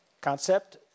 concept